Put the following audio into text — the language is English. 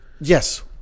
Yes